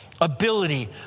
ability